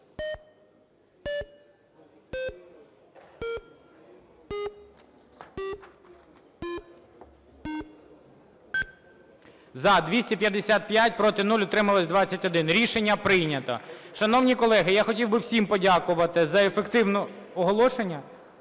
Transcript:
За-255 Проти – 0, утримались – 21. Рішення прийнято. Шановні колеги, я хотів би всім подякувати за ефективну… Оголошення?